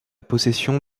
possession